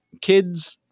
kids